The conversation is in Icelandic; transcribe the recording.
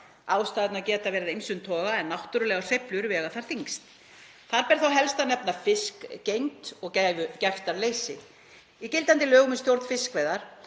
Ástæðurnar geta verið af ýmsum toga en náttúrulegar sveiflur vega þar þyngst. Þar ber þá helst að nefna fiskgengd og gæftaleysi. Í gildandi lögum um stjórn fiskveiða